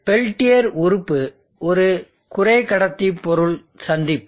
Peltier உறுப்பு ஒரு குறை கடத்தி பொருள் சந்திப்பு